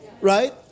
Right